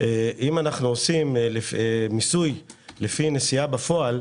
אם אנחנו עושים מיסוי לפי נסיעה בפועל,